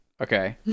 okay